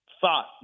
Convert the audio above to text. thought